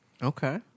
Okay